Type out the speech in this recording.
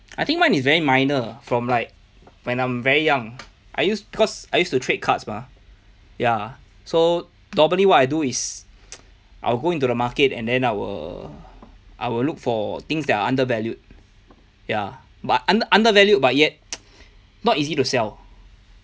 I think mine is very minor from like when I'm very young I used cause I used to trade cards mah ya so normally what I do is I'll go into the market and then I will I will look for things that are undervalued ya but under undervalued but yet not easy to sell